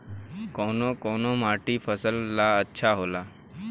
कौन कौनमाटी फसल ला अच्छा होला?